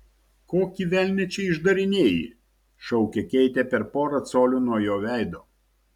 kokį velnią čia išdarinėji šaukė keitė per porą colių nuo jo veido